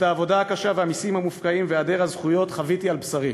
את העבודה הקשה והמסים המופקעים והיעדר הזכויות חוויתי על בשרי.